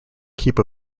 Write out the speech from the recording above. keep